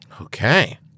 Okay